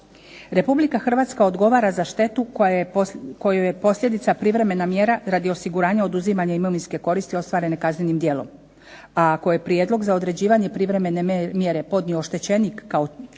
Republike Hrvatska odgovara za štetu kojoj je posljedica privremena mjera radi osiguranja oduzimanja imovinske koristi ostvarene kaznenim djelom, a koje prijedlog za određivanje privremene mjere podnio oštećenik kao